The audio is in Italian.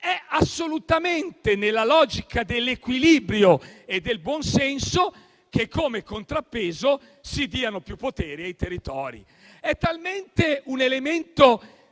è assolutamente nella logica dell'equilibrio e del buonsenso che, come contrappeso, si diano più poteri ai territori. È un elemento talmente